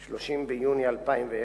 30 ביוני 2010,